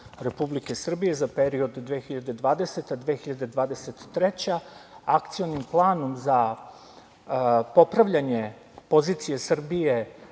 Republike Srbije za period 2020-2023. Akcionim planom za popravljanje pozicije Srbije